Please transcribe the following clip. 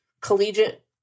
collegiate